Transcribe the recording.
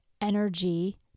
energy